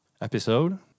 episode